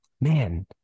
man